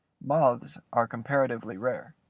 moths are comparatively rare.